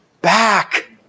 back